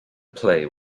play